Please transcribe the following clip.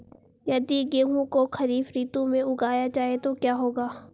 यदि गेहूँ को खरीफ ऋतु में उगाया जाए तो क्या होगा?